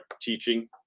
teaching